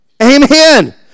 Amen